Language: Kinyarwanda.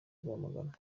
rwamagana